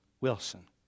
Wilson